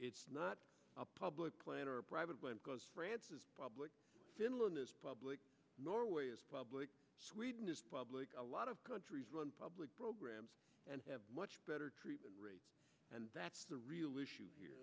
it's not a public plan or a private plan because france is public finland is public norway is public sweden is public a lot of countries run public programs and have much better treatment and that's the real issue here